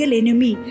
enemy